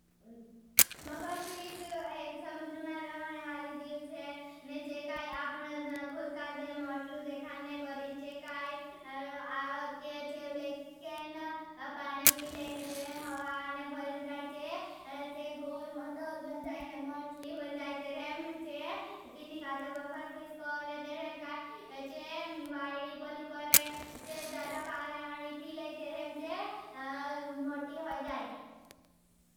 Buffer fish एक समुदर मैं रहने वाले जीव थरे जैकाई। अपने कुछ काजे मोतलु देखाने कहरें जैकाई आत्ये चेवलेखें। पानी पिलें तरहें हवां आने भ्रें जैकाई जैकाई गोल, मटोल, मोतली बंजाएं। तेरेम जे तीनी काजे बाफर फिसको ने तेरेम काजे वाईडी पॉली कर रे जे। जादा पानी पी ले तेरेम जे मोटी होई जाए।